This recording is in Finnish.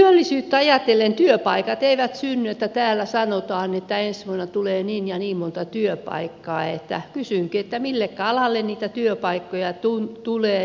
työllisyyttä ajatellen työpaikat eivät synny ja kun täällä sanotaan että ensi vuonna tulee niin ja niin monta työpaikkaa niin kysynkin että millekä alalle niitä työpaikkoja tulee